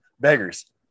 beggars